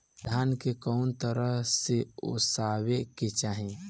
धान के कउन तरह से ओसावे के चाही?